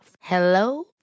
Hello